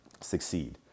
succeed